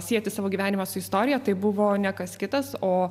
sieti savo gyvenimą su istorija tai buvo ne kas kitas o